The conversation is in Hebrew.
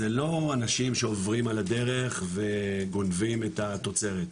זה לא אנשים שעוברים על הדרך וגונבים את התוצרת,